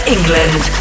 England